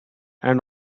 and